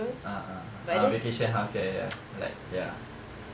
ah ah ah ah vacation house ya ya ya like ya